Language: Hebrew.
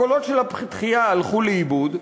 הקולות של התחיה הלכו לאיבוד,